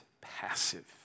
passive